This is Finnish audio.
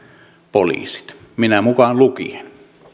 poliisit minä mukaan lukien